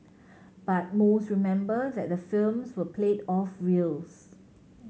but most remember that the films were played off reels